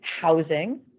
housing